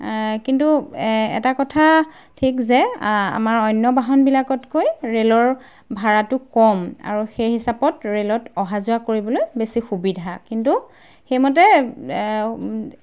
কিন্তু এটা কথা ঠিক যে আমাৰ অন্য বাহনবিলাকতকৈ ৰে'লৰ ভাড়াটো কম আৰু সেই হিচাপত ৰে'লত অহা যোৱা কৰিবলৈ বেছি সুবিধা কিন্তু সেইমতে